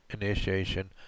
Initiation